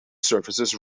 services